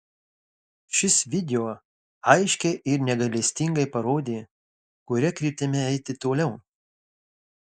šis video aiškiai ir negailestingai parodė kuria kryptimi eiti toliau